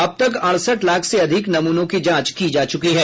अब तक अडसठ लाख से अधिक नमूनों की जांच की जा चुकी हैं